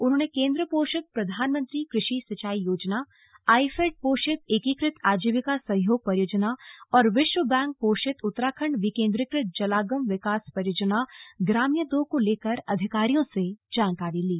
उन्होंने केंद्र पोषित प्रधानमंत्री कृषि सिंचाई योजना आईफेड पोषित एकीकृत आजीविका सहयोग परियोजना और विश्व बैंक पोषित उत्तराखंड विकेंद्रीकृत जलागम विकास परियोजना ग्राम्या दो को लेकर अधिकारियों से जानकारी ली